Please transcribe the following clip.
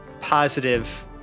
positive